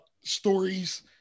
stories